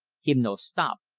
him no stop.